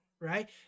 right